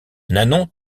nanon